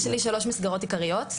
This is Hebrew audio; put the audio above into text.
יש לי שלוש מסגרות עיקריות,